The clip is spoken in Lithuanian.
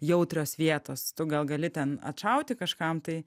jautrios vietos tu gal gali ten atšauti kažkam tai